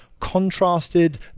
contrasted